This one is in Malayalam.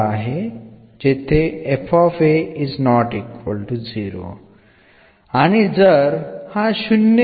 എന്നാണെങ്കിൽ എന്നതിൽ നമുക്ക് യെ എന്ന് പകരം വയ്ക്കാമെന്നായിരുന്നു നിയമം